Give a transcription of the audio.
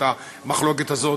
את המחלוקת הזאת,